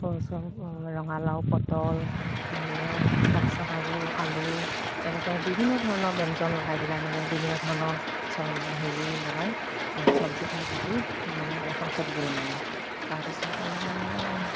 তাৰ পিছত ৰঙালাউ পটল তাৰ পিছত আৰু আলু এনেকে বিভিন্ন ধৰণৰ ব্যঞ্জন লগাই পেলাই মানে বিভিন্ন ধৰণৰ চব হেৰি লগাই চব্জিখিনি কাটি মানে এখন চব্জি বনালোঁ তাৰ পিছত আৰু মানে